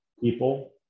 people